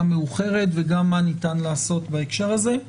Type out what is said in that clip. מאוחרת וגם מה ניתן לעשות בהקשר הזה.